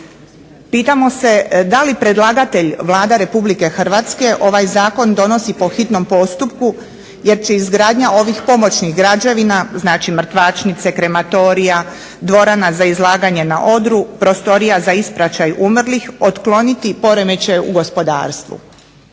Pitamo se da li predlagatelj Vlada RH ovaj zakon donosi po hitnom postupku jer će izgradnja ovih pomoćnih građevina znači mrtvačnice, krematorija, dvorana za izlaganje na odru, prostorija za ispraćaj umrlih otkloniti poremećaj u gospodarstvu.